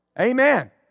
Amen